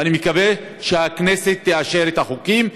ואני מקווה שהכנסת תאשר את החוקים.